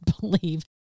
believe